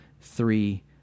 three